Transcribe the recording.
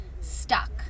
stuck